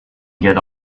get